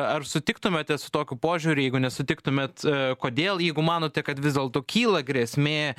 ar sutiktumėte su tokiu požiūriu jeigu nesutiktumėt kodėl jeigu manote kad vis dėlto kyla grėsmė